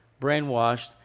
brainwashed